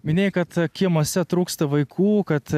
minėjai kad kiemuose trūksta vaikų kad